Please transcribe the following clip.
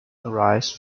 arise